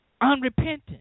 unrepentant